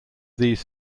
these